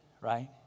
right